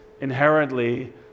inherently